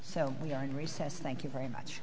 so we are in recess thank you very much